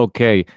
Okay